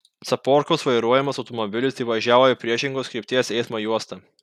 caporkaus vairuojamas automobilis įvažiavo į priešingos krypties eismo juostą